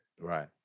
Right